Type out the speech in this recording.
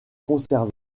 conservé